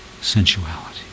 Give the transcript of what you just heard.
Sensuality